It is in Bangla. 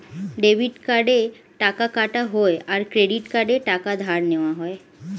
ডেবিট কার্ডে টাকা কাটা হয় আর ক্রেডিট কার্ডে টাকা ধার নেওয়া হয়